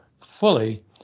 fully